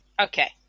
Okay